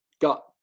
got